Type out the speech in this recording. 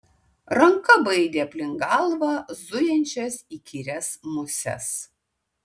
ranka baidė aplink galvą zujančias įkyrias muses